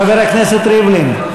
חבר הכנסת ריבלין?